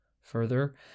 Further